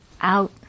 out